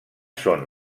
són